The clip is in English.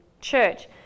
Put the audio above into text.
church